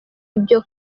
ibyo